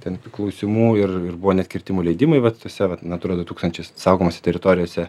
ten tų klausimų ir ir buvo net kirtimų leidimai vat tuose vat nu atrodo tūkstančiais saugomose teritorijose